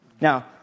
Now